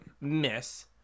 miss